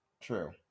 true